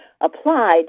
applied